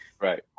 Right